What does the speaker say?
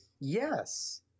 yes